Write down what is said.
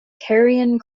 carrion